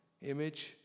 image